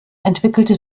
entwickelte